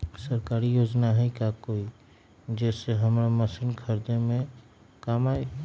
सरकारी योजना हई का कोइ जे से हमरा मशीन खरीदे में काम आई?